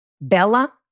Bella